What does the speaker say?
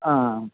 ആ